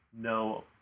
no